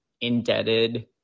indebted